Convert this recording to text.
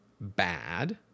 bad